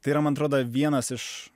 tai yra man atrodo vienas iš